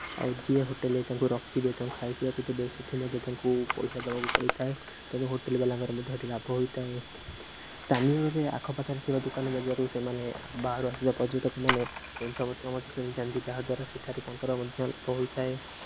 ଆଉ ଯିଏ ହୋଟେଲ୍ରେ ତାଙ୍କୁ ରଖିବେ ତାଙ୍କୁ ଖାଇ ପିଇବାକୁ ଦେବେ ସେଇଠି ମଧ୍ୟ ତାଙ୍କୁ ପଇସା ଦେବାକୁ ପଡ଼ିଥାଏ ତେଣୁ ହୋଟେଲ୍ବାଲାଙ୍କର ମଧ୍ୟ ଏଇଠି ଲାଭ ହୋଇଥାଏ ସ୍ଥାନୀୟରେ ଆଖପାଖରେ ଥିବା ଦୋକାନ ବଜାରୁ ସେମାନେ ବାହାରୁ ଆସିଥିବା ପର୍ଯ୍ୟଟକମାନେ ଜିନିଷପତ୍ର ମଧ୍ୟ କିଣିଥାନ୍ତି ଯାହା ଦ୍ୱାରା ସେଠାରେ ତାଙ୍କର ମଧ୍ୟ ଲାଭ ହୋଇଥାଏ